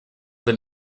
del